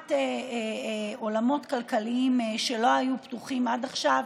פתיחת עולמות כלכליים שלא היו פתוחים עד עכשיו,